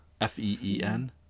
F-E-E-N